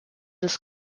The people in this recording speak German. des